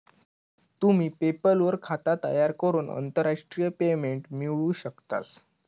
तुम्ही पेपल वर खाता तयार करून आंतरराष्ट्रीय पेमेंट मिळवू शकतास